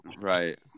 Right